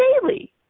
daily